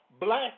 black